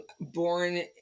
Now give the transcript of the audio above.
born